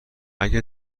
اگه